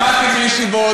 למדתי בישיבות,